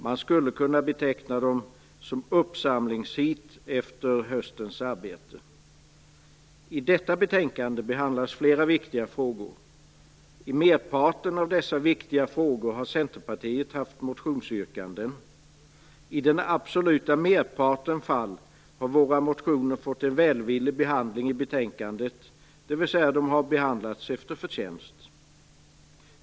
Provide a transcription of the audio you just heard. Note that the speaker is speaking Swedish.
Man skulle kunna beteckna dem som uppsamlingsheat efter höstens arbete. I detta betänkande behandlas flera viktiga frågor. I merparten av dessa viktiga frågor har Centerpartiet haft motionsyrkanden. I den absoluta merparten fall har våra motioner fått en välvillig behandling, dvs. att de har behandlats efter förtjänst.